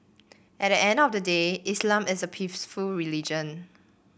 at the end of the day Islam is a peaceful religion